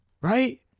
Right